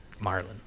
Marlin